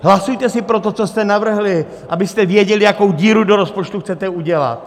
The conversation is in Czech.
Hlasujte si pro to, co jste navrhli, abyste věděli, jakou díru do rozpočtu chcete udělat.